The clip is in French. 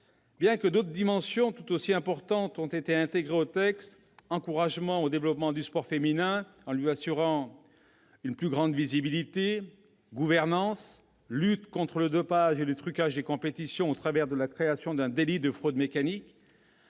Bien d'autres dimensions toutes aussi importantes ont été intégrées au texte : encouragement au développement du sport féminin, en lui assurant une plus grande visibilité, gouvernance, lutte contre le dopage et le trucage des compétitions grâce à la création d'un délit de fraude mécanique,